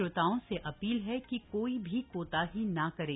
श्रोताओं से अपील है कि कोई भी कोताही न बरतें